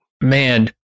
man